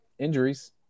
injuries